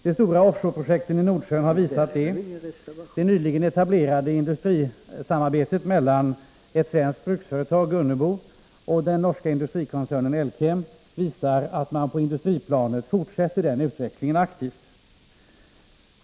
De stora off shore-projekten i Nordsjön har visat det. Det nyligen etablerade industrisamarbetet mellan ett svenskt bruksföretag, Gunnebo, och den norska industrikoncernen Elkem visar att man på industriplanet fortsätter den utvecklingen aktivt.